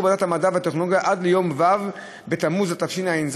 ועדת המדע והטכנולוגיה עד ליום ו' בתמוז התשע"ז,